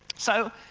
so,